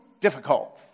difficult